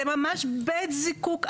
זה ממש בית זיקוק ענק,